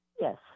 Yes